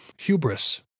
hubris